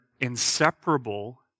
inseparable